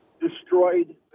destroyed